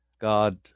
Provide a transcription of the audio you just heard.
God